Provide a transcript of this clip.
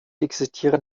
existieren